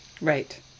Right